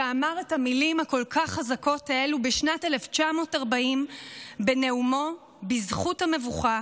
שאמר את המילים הכל-כך חזקות האלו בשנת 1940 בנאומו "בזכות המבוכה